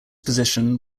position